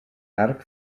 arc